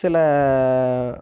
சில